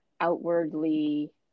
outwardly